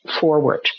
forward